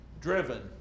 driven